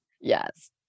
Yes